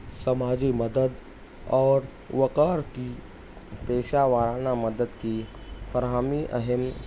سماجی مدد اور وقار کی پیشہ وارانہ مدد کی فراہمی اہم